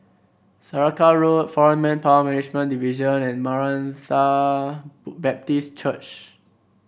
Saraca Road Foreign Manpower Management Division and Maranatha Baptist Church